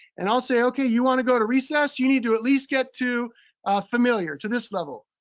and i'll say, okay, you wanna go to recess? you need to at least get to familiar, to this level,